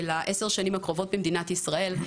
לעשר השנים הקרובות במדינת ישראל.